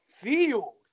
field